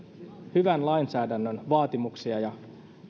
hyvän lainsäädännön vaatimuksia ja